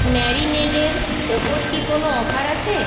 ম্যারিনেদের ওপর কি কোনও অফার আছে